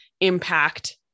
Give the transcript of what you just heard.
impact